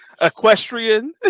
Equestrian